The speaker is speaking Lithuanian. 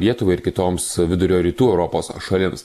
lietuvai ir kitoms vidurio rytų europos šalims